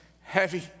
heavy